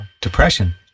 depression